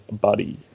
Buddy